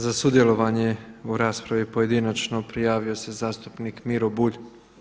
Za sudjelovanje u raspravi pojedinačno prijavio se zastupnik Miro Bulj.